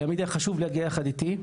ולעמית היה חשוב להגיע יחד איתי,